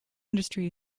industry